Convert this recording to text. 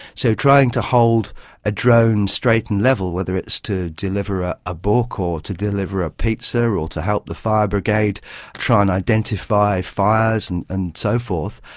so trying to hold a drone straight and level, whether it's to deliver a a book or to deliver a pizza or to help the fire brigade try and identify fires and and so forth,